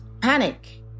panic